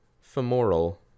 Femoral